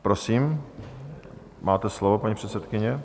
Prosím, máte slovo, paní předsedkyně.